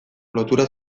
lotura